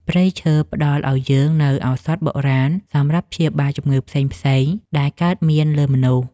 ព្រៃឈើផ្តល់ឱ្យយើងនូវឱសថបុរាណសម្រាប់ព្យាបាលជំងឺផ្សេងៗដែលកើតមានលើមនុស្ស។